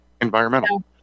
Environmental